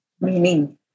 meaning